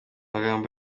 magambo